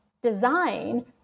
design